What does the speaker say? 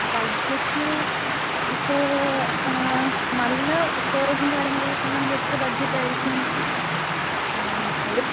budget ഇപ്പോൾ നല്ല സ്റ്റോറേജും കാര്യങ്ങളുമുള്ള ഫോണാണെങ്കിൽ എത്ര ബഡ്ജറ്റായിരിക്കും ഒരു